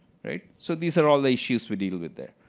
right? so these are all issues we're dealing with there.